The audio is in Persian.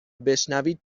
بشنوید